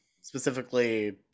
specifically